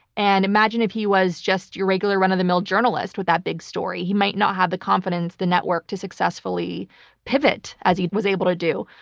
and imagine if he was just your regular run-of-the-mill journalist with that big story. he might not have the confidence, the network to successfully pivot as he was able to do.